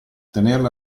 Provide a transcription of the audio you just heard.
tenerla